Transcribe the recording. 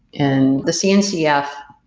in the cncf,